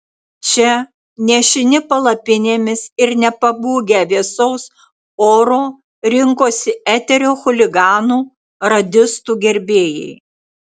čia nešini palapinėmis ir nepabūgę vėsaus oro rinkosi eterio chuliganų radistų gerbėjai